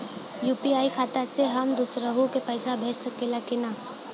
UPI खाता से हम दुसरहु के पैसा भेज सकीला की ना?